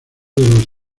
los